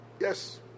Yes